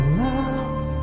love